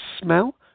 smell